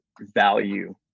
value